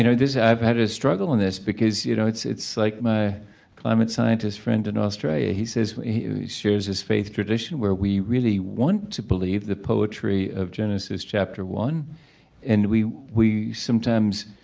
you know i've had a struggle in this becaus you know its its like my climate scientist friend in australia, he says shares his faith traidtion where we really want to believe the poetry of genesis chapter one and we we sometimes